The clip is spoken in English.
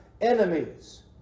enemies